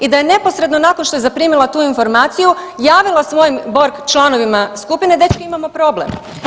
I da je neposredno nakon što je zaprimila tu informaciju javila svojim Borg članovima skupine, dečki imamo problem.